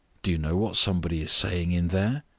do you know what somebody is saying in there?